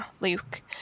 Luke